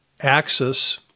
axis